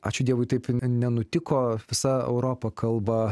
ačiū dievui taip nenutiko visa europa kalba